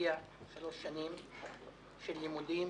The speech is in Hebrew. משקיע שלוש שנים של לימודים,